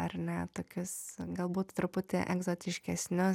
ar ne tokius galbūt truputį egzotiškesnius